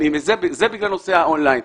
זה בגלל נושא האון ליין.